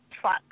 truck